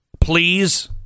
Please